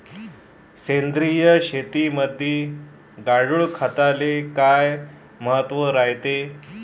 सेंद्रिय शेतीमंदी गांडूळखताले काय महत्त्व रायते?